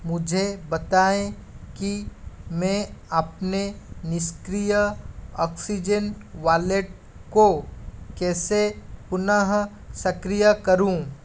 मुझे बताएँ कि मैं अपने निष्क्रिय ऑक्सीजन वॉलेट को कैसे पुनः सक्रिय करूँ